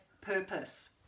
purpose